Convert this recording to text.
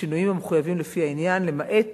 בשינויים המחויבים לפי העניין, למעט